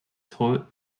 treuen